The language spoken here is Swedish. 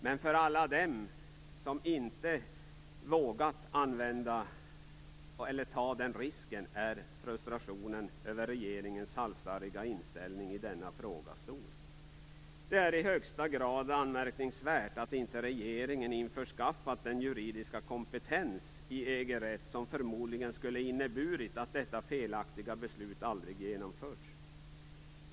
Men för alla dem som inte vågat ta risken, är frustrationen över regeringens halsstarriga inställning i denna fråga stor. Det är i högsta grad anmärkningsvärt att inte regeringen införskaffat den juridiska kompetens i EG rätt som förmodligen hade inneburit att detta felaktiga beslut aldrig genomförts.